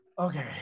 Okay